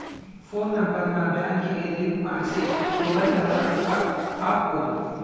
phone number ನ ಬ್ಯಾಂಕಿಗೆ link ಮಾಡ್ಸಿ ಮೊಬೈಲದಾಗ ರೊಕ್ಕ ಹಕ್ಬೊದು